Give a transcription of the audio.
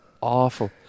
awful